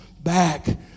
back